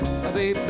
baby